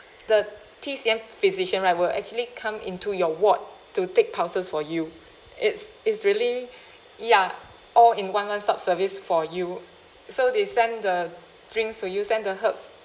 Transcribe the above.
the T_C_M physician right will actually come into your ward to take pulses for you it's it's really ya all in one one stop service for you so they send the drinks to you send the herbs